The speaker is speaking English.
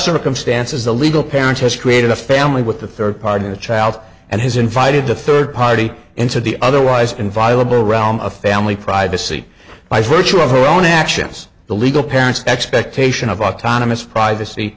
circumstances the legal parent has created a family with the third partner the child and has invited to third party into the otherwise inviolable realm of family privacy by virtue of her own actions the legal parent's expectation of autonomous privacy